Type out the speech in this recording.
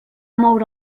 moure